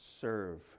serve